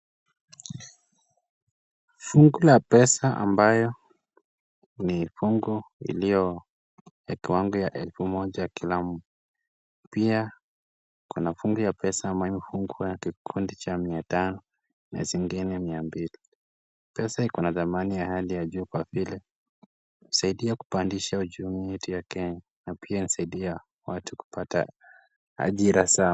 Fungu la pesa ambayo ni fungu iliyo ya kiwango ya elfu moja kilam. Pia kuna funga la pesa ambayo imefungwa ya kundi ya mia tano na zingine mia mbili. Pesa iko na dhamani ya hali ya juu kwa vile husaidia kupandisha uchumi yetu ya Kenya na pia husaidia watu kupata ajira sawa.